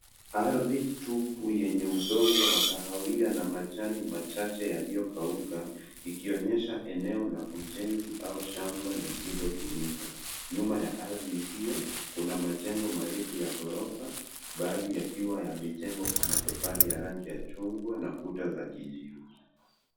Ardhi tupu yenye udongo wa kahawia na majani machache yaliyokauka, ikionyesha eneo la ujenzi au shamba lisiliotumika. Nyuma ya ardhi hiyo kuna majengo marefu ya ghorofa, baadhi yakiwa yamejengwa kwa matofali ya rangi ya chungwa na kuta za kijivu.